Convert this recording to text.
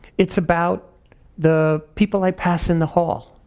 it's about the people i pass in the hall.